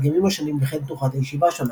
בדגמים השונים וכן תנוחת הישיבה שונה.